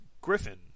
Griffin